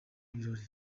birori